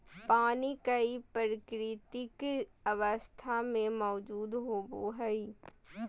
पानी कई प्राकृतिक अवस्था में मौजूद होबो हइ